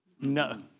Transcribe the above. no